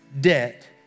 debt